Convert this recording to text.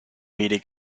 vedic